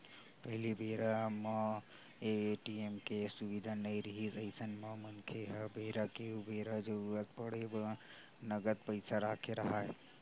पहिली बेरा म ए.टी.एम के सुबिधा नइ रिहिस अइसन म मनखे मन ह बेरा के उबेरा जरुरत पड़े म नगद पइसा रखे राहय